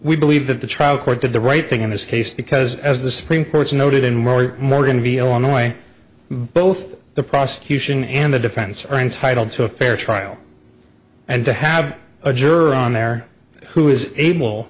we believe that the trial court did the right thing in this case because as the supreme court's noted in morgan v illinois both the prosecution and the defense are entitled to a fair trial and to have a juror on there who is able